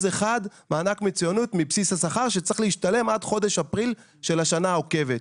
אחד מענק מצוינות מבסיס השכר שצריך להשתלם עד חודש אפריל של השנה העוקבת.